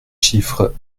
chiffres